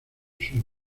sur